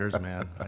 man